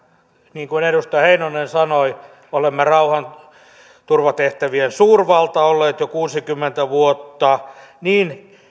niin kuin edustaja heinonen sanoi olemme rauhanturvatehtävien suurvalta olleet jo kuusikymmentä vuotta